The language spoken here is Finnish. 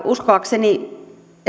uskoakseni